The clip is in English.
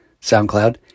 SoundCloud